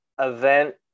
event